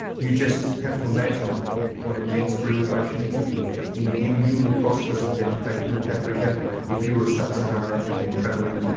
you just have to imagine what it means for immigration into europe. you know in newly prosperous and democratic north africa if you're a sub-saharan african traveling